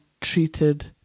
treated